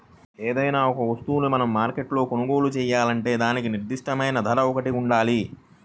ఏదైనా ఒక వస్తువును మనం మార్కెట్లో కొనుగోలు చేయాలంటే దానికి నిర్దిష్టమైన ధర ఒకటి ఉండితీరాలి